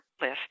list